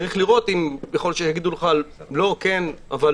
יכול להיות שיגידו לך כן או לא.